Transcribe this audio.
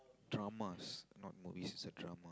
dramas not movies it's a drama